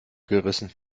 gerissen